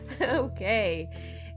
Okay